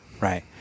Right